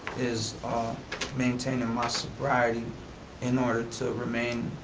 is maintaining my sobriety in order to remain